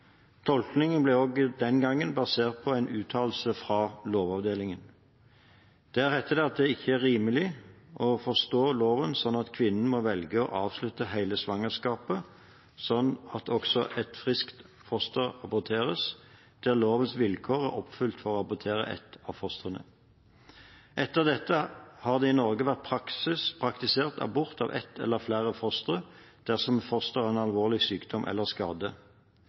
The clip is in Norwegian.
ble også den gangen basert på en uttalelse fra Lovavdelingen. Der heter det at det ikke er rimelig å forstå loven slik at kvinnen må velge å avslutte hele svangerskapet, slik at også et friskt foster aborteres, der lovens vilkår er oppfylt for å abortere ett av fostrene. Etter dette har det i Norge vært praktisert abort av ett av flere fostre dersom fosteret har en alvorlig sykdom eller skade.